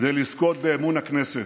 כדי לזכות באמון הכנסת,